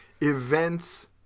events